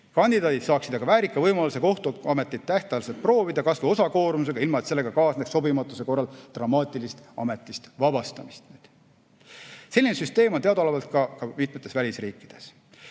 Kandidaadid saaksid aga väärika võimaluse kohtunikuametit tähtajaliselt proovida, kas või osakoormusega, ilma et sellega kaasneks sobimatuse korral dramaatilist ametist vabastamist. Selline süsteem on teadaolevalt ka mitmetes välisriikides.